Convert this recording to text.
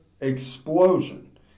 explosion